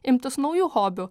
imtis naujų hobių